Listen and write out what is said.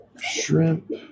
Shrimp